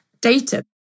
data